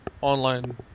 online